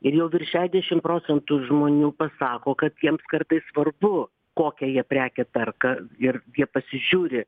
ir jau virš šešiasdešimt procentų žmonių pasako kad jiems kartais svarbu kokią jie prekę perka ir jie pasižiūri